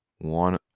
one